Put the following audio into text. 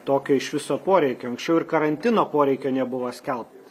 tokio iš viso poreikio anksčiau ir karantino poreikio nebuvo skelbt